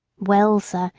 well, sir,